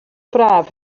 braf